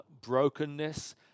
brokenness